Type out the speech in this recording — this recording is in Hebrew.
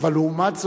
אבל לעומת זאת,